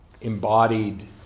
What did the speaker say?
embodied